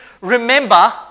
remember